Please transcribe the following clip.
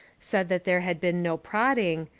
said that there had been no prodding,